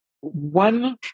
one